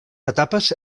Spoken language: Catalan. etapes